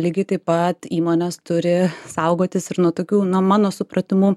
lygiai taip pat įmonės turi saugotis ir nuo tokių na mano supratimu